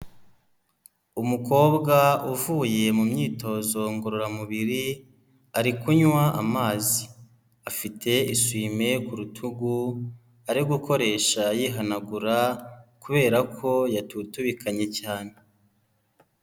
Umukobwa uvuye mu myitozo ngororamubiri ari kunywa amazi, afite isuyime ku rutugu ari gukoresha yihanagura kubera ko yatutubikanye cyane.